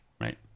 right